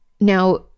Now